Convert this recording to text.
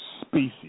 species